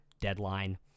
deadline